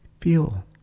Feel